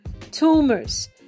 tumors